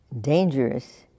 dangerous